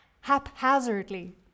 haphazardly